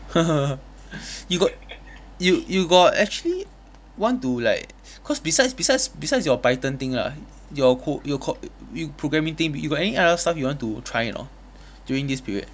you got you you got actually want to like cause besides besides besides your python thing lah your co~ your co~ your programming thing you got any other stuff you want to try or not during this period